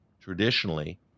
traditionally